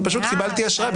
פשוט קיבלתי השראה.